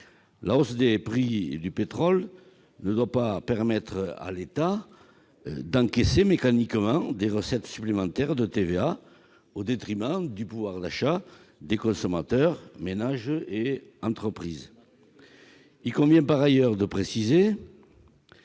La hausse du prix du pétrole ne doit pas permettre à l'État d'encaisser mécaniquement des recettes supplémentaires de TVA au détriment du pouvoir d'achat des consommateurs- ménages et entreprises. Il convient par ailleurs de préciser